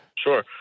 Sure